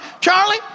Charlie